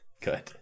Good